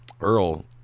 Earl